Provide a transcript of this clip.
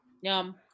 Yum